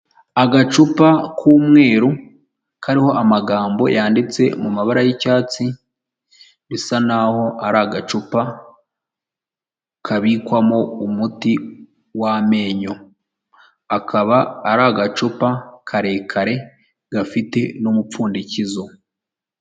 Agacupa k'umweru kariho amagambo yanditse mu mabara y'icyatsi bisa naho ari agacupa kabikwamo umuti w'amenyo. Akaba ari agacupa karekare gafite n'umupfundikizo.